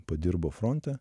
padirbo fronte